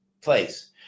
place